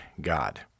God